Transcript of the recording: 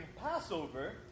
Passover